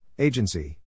Agency